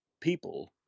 people